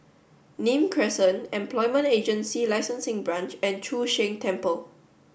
Nim Crescent Employment Agency Licensing Branch and Chu Sheng Temple